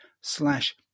slash